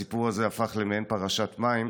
הסיפור הזה הפך למעין קו פרשת המים,